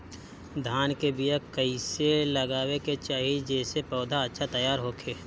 धान के बीया कइसे लगावे के चाही जेसे पौधा अच्छा तैयार होखे?